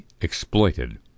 exploited